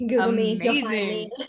amazing